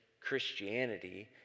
Christianity